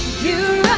you